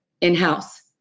in-house